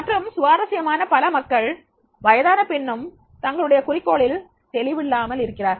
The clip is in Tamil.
மற்றும் சுவாரசியமாக பல மக்கள் வயதான பின்னும் தங்களுடைய குறிக்கோளில் தெளிவில்லாமல் இருக்கிறார்கள்